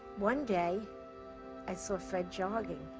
one day i saw fred jogging,